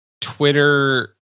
Twitter